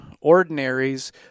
Ordinaries